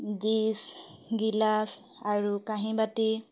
dish glass আৰু কাঁহি বাতি